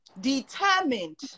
determined